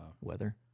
Weather